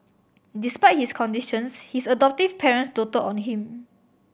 despite his conditions his adoptive parents doted on him